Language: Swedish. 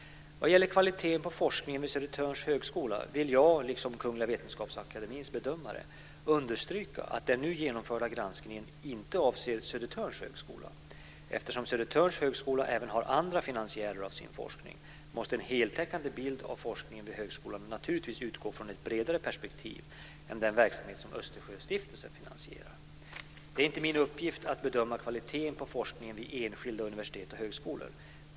Vad gäller kvaliteten på forskningen vid Södertörns högskola vill jag, liksom Kungl. Vetenskapsakademiens bedömare, understryka att den nu genomförda granskningen inte avser Södertörns högskola. Eftersom Södertörns högskola även har andra finansiärer av sin forskning måste en heltäckande bild av forskningen vid högskolan naturligtvis utgå från ett bredare perspektiv än den verksamhet som Östersjöstiftelsen finansierar. Det är inte min uppgift att bedöma kvaliteten på forskningen vid enskilda universitet och högskolor.